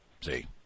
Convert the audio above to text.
See